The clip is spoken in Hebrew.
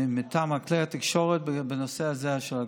מטעם כלי התקשורת בנושא הזה של הקורונה.